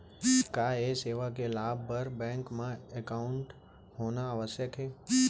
का ये सेवा के लाभ बर बैंक मा एकाउंट होना आवश्यक हे